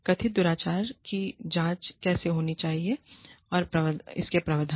कथित दुराचार की जांच कैसे की जानी चाहिए इसके प्रावधान